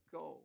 go